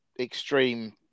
extreme